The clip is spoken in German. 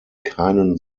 keinen